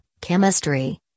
chemistry